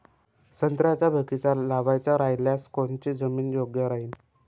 संत्र्याचा बगीचा लावायचा रायल्यास कोनची जमीन योग्य राहीन?